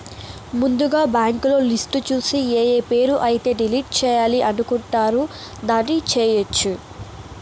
ముందుగా బ్యాంకులో లిస్టు చూసి ఏఏ పేరు అయితే డిలీట్ చేయాలి అనుకుంటారు దాన్ని చేయొచ్చు